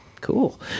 Cool